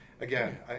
again